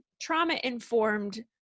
trauma-informed